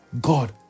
God